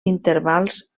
intervals